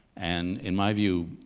and in my view,